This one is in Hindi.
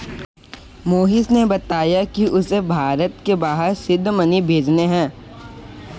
मोहिश ने बताया कि उसे भारत से बाहर सीड मनी भेजने हैं